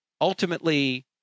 ultimately